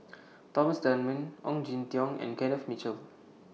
Thomas Dunman Ong Jin Teong and Kenneth Mitchell